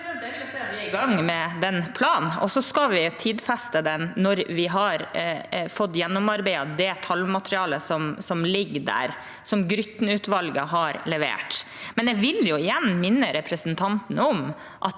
vi er i gang med den planen, og så skal vi tidfeste den når vi har fått gjennomarbeidet det tallmaterialet som ligger der, som Grytten-utvalget har levert. Likevel vil jeg igjen minne representanten om